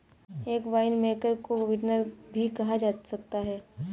एक वाइनमेकर को विंटनर भी कहा जा सकता है